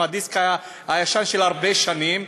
עם הדיסק הישן של הרבה שנים,